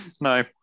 No